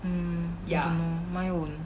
mm I don't know mine won't